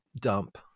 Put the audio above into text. dump